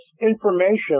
information